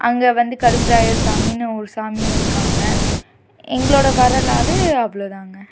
அங்கே வந்து கருப்பராயர் சாமின்னு ஒரு சாமியும் இருக்காங்க எங்களோட வரலாறு அவ்வளோதாங்க